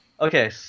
Okay